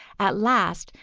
at last,